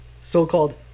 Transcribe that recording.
so-called